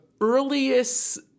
earliest